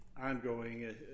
ongoing